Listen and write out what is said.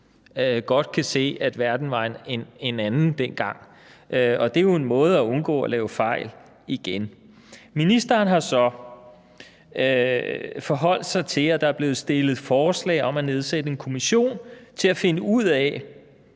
godt kan se, at verden var en anden dengang. Og det er jo en måde at undgå at lave fejl igen. Ministeren har så forholdt sig til, at der er stillet forslag om at nedsætte en kommission til at finde ud af,